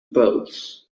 bulls